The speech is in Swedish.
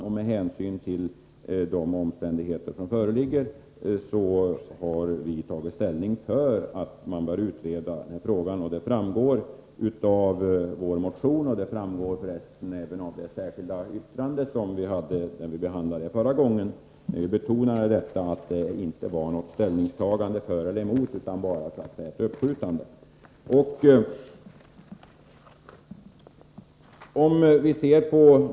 Och med hänsyn till de omständigheter som föreligger har vi tagit ställning för att frågan bör utredas. Det framgår av vår motion och förresten också av det särskilda yttrande som vi avgav när vi behandlade denna fråga förra gången. Då betonade vi att det inte gällde ett ställningstagande för eller emot utan bara handlade om ett uppskjutande.